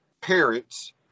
parents